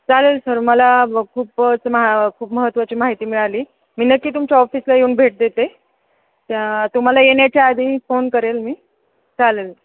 चालेल सर मला खूपच महा खूप महत्त्वाची माहिती मिळाली मी नक्की तुमच्या ऑफिसला येऊन भेट देते त तुम्हाला येण्याच्या आधी फोन करेल मी चालेल